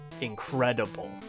incredible